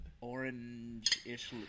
orange-ish